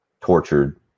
tortured